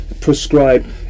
prescribe